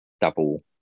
double